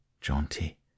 Jaunty